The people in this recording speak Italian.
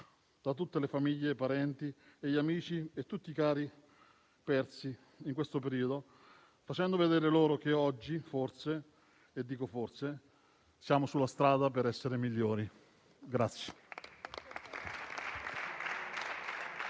da tutte le famiglie, dai parenti, dagli amici e da tutti i cari persi in questo periodo, facendo vedere loro che oggi forse - e dico forse - siamo sulla strada per essere migliori.